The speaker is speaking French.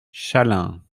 chaleins